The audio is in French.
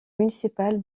municipal